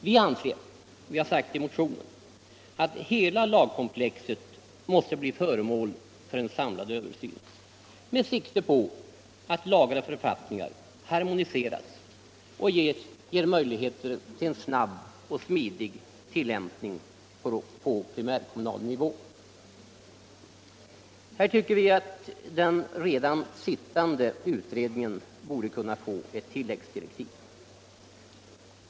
Vi anser att hela lagkomplexet måste bli föremål för en samlad översyn med sikte på att lagar och författningar harmoniseras och ger möjligheter till en snabb och smidig tillämpning på primärkommunal nivå. Här tycker vi att den redan sittande utredningen borde kunna få ett tilläggsdirektiv.